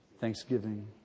Thanksgiving